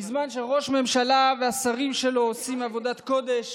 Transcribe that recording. בזמן שראש הממשלה והשרים שלו עושים עבודת קודש